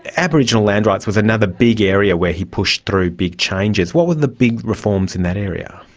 aboriginal land rights was another big area where he pushed through big changes. what were the big reforms in that area?